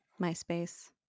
Myspace